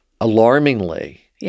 Alarmingly